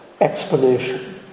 explanation